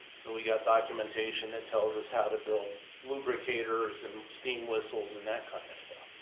so we got documentation that tells us how to build lubricators and steam whistles and that kind of stuff.